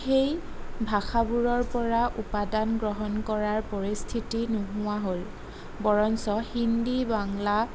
সেই ভাষাবোৰৰ পৰা উপাদান গ্ৰহণ কৰাৰ পৰিস্থিতি নোহোৱা হ'ল বৰঞ্চ হিন্দী বাংলা